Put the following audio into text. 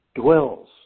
dwells